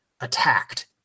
attacked